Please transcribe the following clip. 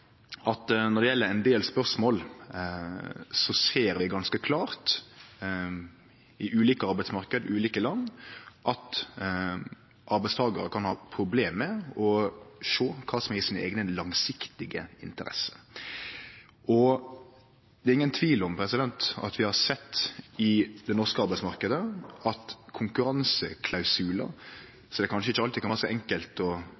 at når det gjeld ein del spørsmål, ser vi ganske klart – i ulike arbeidsmarknader, ulike land – at arbeidstakarar kan ha problem med å sjå kva som er i deira eiga langsiktige interesse. Det er ingen tvil om at vi i den norske arbeidsmarknaden har sett at konkurranseklausular, som det kanskje ikkje alltid kan vere så enkelt å